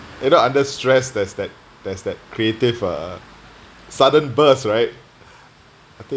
you know under stress there's that there's that creative uh sudden burst right